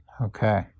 Okay